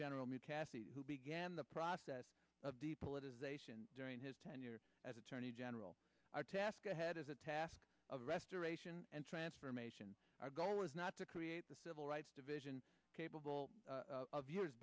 mccaffrey who began the process of the politicisation during his tenure as attorney general our task ahead as a task of restoration and transformation our goal was not to create the civil rights division capable of years